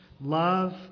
love